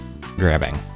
grabbing